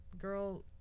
girl